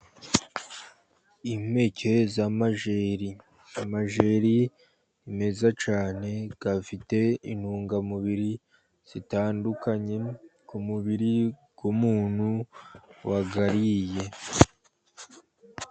Impeke z'amajeri, amajeri ni meza cyane, afite intungamubiri zitandukanye ku mubiri w'umuntu wayariye.